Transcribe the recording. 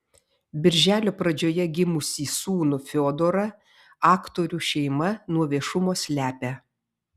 birželio pradžioje gimusį sūnų fiodorą aktorių šeima nuo viešumo slepia